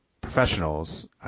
professionals